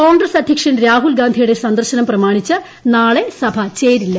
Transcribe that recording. കോൺഗ്രസ് അധ്യക്ഷൻ രാഹുൽ ഗാന്ധിയുടെ സന്ദർശനം പ്രമാണിച്ച് നാളെ സഭ ചേരില്ല